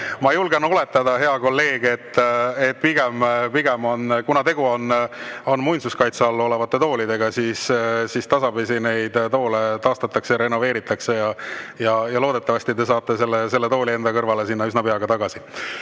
Ma julgen oletada, hea kolleeg, et kuna tegu on muinsuskaitse all olevate toolidega, siis tasapisi neid toole taastatakse ja renoveeritakse. Loodetavasti te saate selle tooli enda kõrvale üsna pea tagasi.